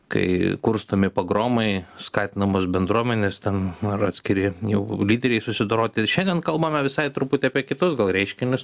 kai kurstomi pogromai skatinamos bendruomenės ten ar atskiri jau lyderiai susidoroti šiandien kalbame visai truputį apie kitus gal reiškinius